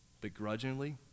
begrudgingly